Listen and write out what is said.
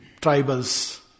tribals